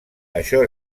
això